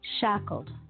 Shackled